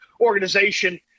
organization